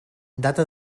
data